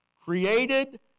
Created